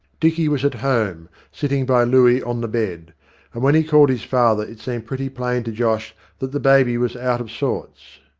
dicky was at home, sitting by looey on the bed and when he called his father it seemed pretty plain to josh that the baby was out of sorts.